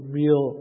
real